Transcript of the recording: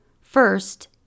First